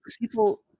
people